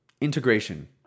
integration